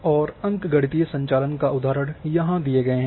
और अंकगणितीय संचालन का उदाहरण यहां दिए गए हैं